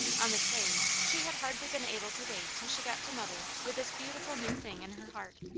on the train, she had hardly been able to wait till she got to mother with this beautiful new thing in her heart.